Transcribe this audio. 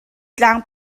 tlang